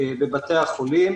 בבתי החולים,